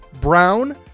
brown